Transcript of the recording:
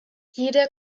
jeder